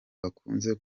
bakunze